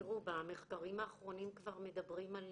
במחקרים האחרונים כבר מדברים על